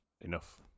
enough